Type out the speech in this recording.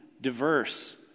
diverse